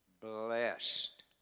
blessed